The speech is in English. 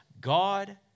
God